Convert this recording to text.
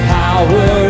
power